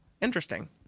Interesting